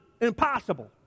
impossible